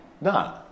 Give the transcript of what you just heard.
No